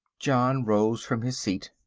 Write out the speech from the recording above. john rose from his seat.